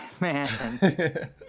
Man